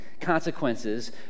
consequences